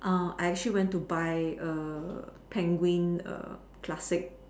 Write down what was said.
uh I actually went to buy a penguin err classic